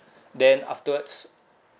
then afterwards